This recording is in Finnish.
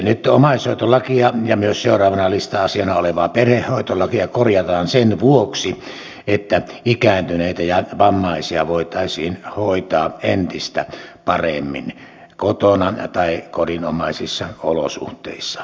nyt omaishoitolakia ja myös seuraavana lista asiana olevaa perhehoitolakia korjataan sen vuoksi että ikääntyneitä ja vammaisia voitaisiin hoitaa entistä paremmin kotona tai kodinomaisissa olosuhteissa